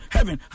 Heaven